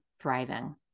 thriving